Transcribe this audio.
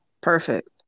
Perfect